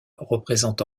représente